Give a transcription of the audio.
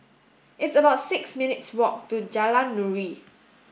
it's about six minutes' walk to Jalan Nuri